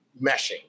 meshing